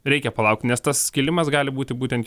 reikia palaukti nes tas skilimas gali būti būtent